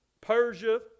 Persia